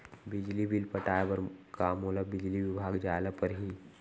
बिजली बिल पटाय बर का मोला बिजली विभाग जाय ल परही?